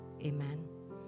Amen